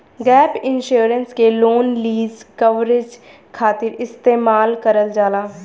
gap insurance के loan lease coverage खातिर इस्तेमाल करल जाला